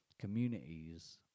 communities